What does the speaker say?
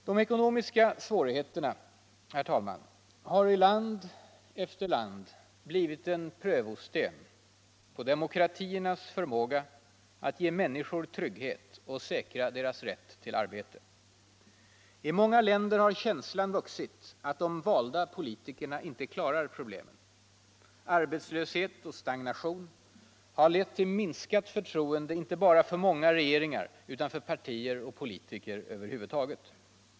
De ekonomiska svårigheterna har i land efter land blivit en prövosten för demokratiernas förmåga att ge människor trygghet och säkra deras rätt till arbete. I många länder har känslan att de valda politikerna inte klarar problemen vuxit. Arbetslöshet och stagnation har lett till minskat förtroende inte bara för många regeringar utan för partier och politiker över huvud taget.